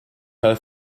her